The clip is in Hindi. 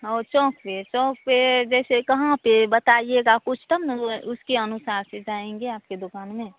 ओ चौक पर चौक पर जैसे कहाँ पर बताइएगा कुछ तब ना उसके अनुसार से जाएँगे आपकी दुकान में